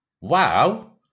Wow